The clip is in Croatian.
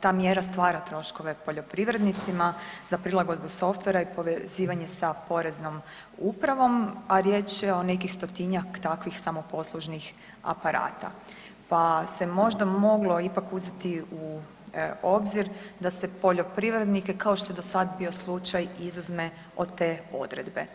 ta mjera stvara troškove poljoprivrednicima za prilagodnu softvera i povezivanje sa Poreznom upravom, a riječ je o nekih stotinjak takvih samoposlužnih aparata, pa se možda moglo ipak uzeti u obzir da se poljoprivrednike, kao što je do sad bio slučaj, izuzme od te Odredbe.